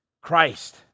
Christ